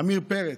עמיר פרץ,